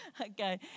Okay